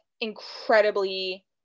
incredibly